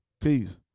Peace